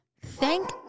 Thank